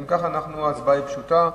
אם כך, ההצבעה היא פשוטה.